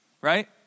Right